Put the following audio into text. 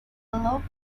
allowed